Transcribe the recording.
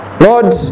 Lord